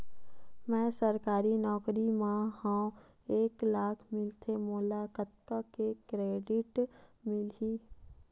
मैं सरकारी नौकरी मा हाव एक लाख मिलथे मोला कतका के क्रेडिट मिलही?